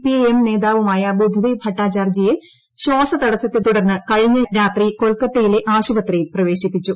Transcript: P IM നേതാവുമായ ബുദ്ധദേബ് ഭട്ടാചാർജിയെ ശ്വാസതടസ്സത്തെ തുടർന്ന് കഴിഞ്ഞ രാത്രി കൊൽക്കത്തയിലെ ആശുപത്രിയിൽ പ്രവേശിപ്പിച്ചു